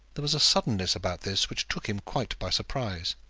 there was a suddenness about this which took him quite by surprise.